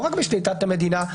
לא רק בשליטת המדינה,